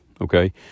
okay